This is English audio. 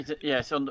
Yes